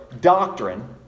doctrine